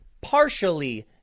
partially